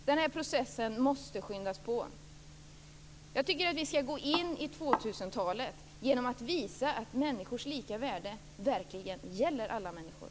Den här processen måste skyndas på. Jag tycker att vi skall gå in i 2000-talet genom att visa människors lika värde verkligen gäller alla människor.